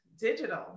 digital